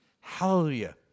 Hallelujah